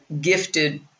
gifted